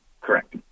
Correct